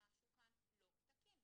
שמשהו כאן לא תקין.